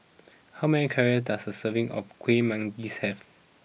how many calories does a serving of Kuih Manggis have